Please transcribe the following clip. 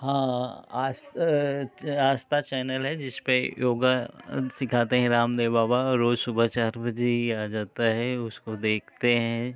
हाँ आस्था आस्था चैनल हैं जिस पर योग सिखाते हैं रामदेव बाबा रोज सुबह से चार बजे ही आ जाता है उसको देखते हैं